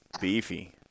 Beefy